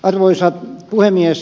arvoisa puhemies